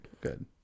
Good